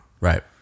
right